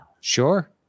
Sure